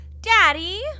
Daddy